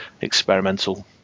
experimental